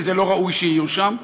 כי זה לא ראוי שיהיו שם.